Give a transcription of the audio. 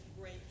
great